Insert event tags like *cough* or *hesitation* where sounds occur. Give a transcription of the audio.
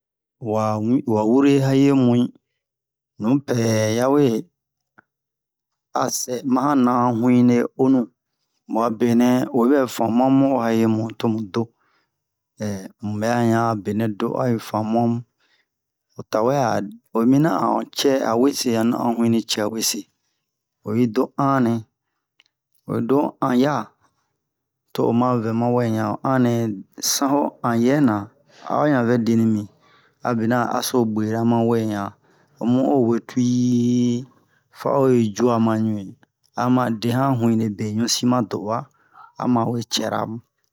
wa wu- wa wure hayiremu'in nupɛ ya wee a sɛ ma na'an hunwile onu mu benɛ oyi ɓɛ fanmu'an mu o hayemu tomu do *hesitation* muɓɛ ɲan a benɛ do a yi fanmu'an mu to tawɛ oyi miniyan a han cɛ a wese han na'an hunwile cɛ wese oyi do an nɛ oyi do ho an ya to oma vɛ ma wɛ ɲan an nɛ san ho an yɛ na a ɲan vɛ de mi a bina aso bwera mawɛ ɲan homu o we tuwii fa o yi juwa ma ɲun'in ama de han hunwile beɲu si ma do'uwa ama we cɛra mu